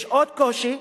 יש עוד קושי,